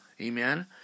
Amen